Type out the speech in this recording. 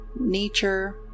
nature